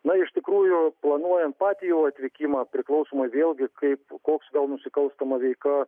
na iš tikrųjų planuojant patį jo atvykimą priklausomą vėlgi kaip koks gal nusikalstama veika